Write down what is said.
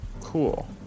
cool